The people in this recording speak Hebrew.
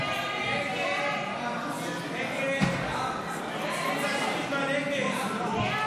ההסתייגויות לסעיף 19 לשנת התקציב 2023,